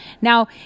Now